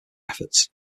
efforts